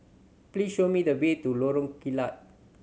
please show me the way to Lorong Kilat